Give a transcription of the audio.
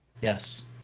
Yes